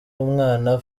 umwana